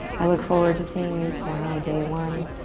i look forward to seeing you tomorrow, day one.